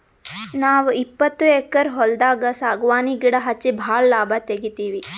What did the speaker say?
ನಾವ್ ಇಪ್ಪತ್ತು ಎಕ್ಕರ್ ಹೊಲ್ದಾಗ್ ಸಾಗವಾನಿ ಗಿಡಾ ಹಚ್ಚಿ ಭಾಳ್ ಲಾಭ ತೆಗಿತೀವಿ